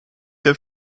der